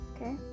okay